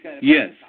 Yes